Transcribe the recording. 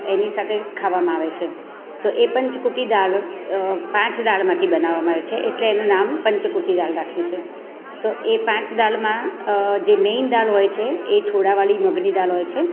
એની સાથે ખાવામાં આવે છે તો એ પંચકૂટી દાળ પાંચ દાળમાંથી બનાવવામાં આવે છે એટલે એનું નામ પંચકૂટી દાળ રાખ્યું છે તો એ પાંચ દાળમાં જે મેઇન દાળ હોય છે એ છોળાવાળી મગની દાળ હોય છે